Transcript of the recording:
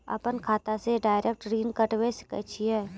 अपन खाता से डायरेक्ट ऋण कटबे सके छियै?